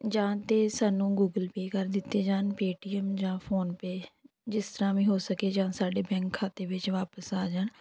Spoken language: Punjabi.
ਜਾਂ ਤਾਂ ਸਾਨੂੰ ਗੂਗਲ ਪੇਅ ਕਰ ਦਿੱਤੇ ਜਾਣ ਪੇਟੀਐੱਮ ਜਾਂ ਫ਼ੋਨਪੇ ਜਿਸ ਤਰ੍ਹਾਂ ਵੀ ਹੋ ਸਕੇ ਜਾਂ ਸਾਡੇ ਬੈਂਕ ਖਾਤੇ ਵਿੱਚ ਵਾਪਸ ਆ ਜਾਣ